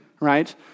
right